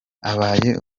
abaye